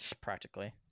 Practically